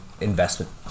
investment